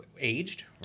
aged